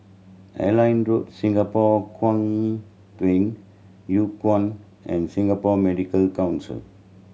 Airline Road Singapore Kwangtung Hui Kuan and Singapore Medical Council